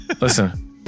listen